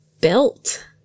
built